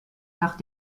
nach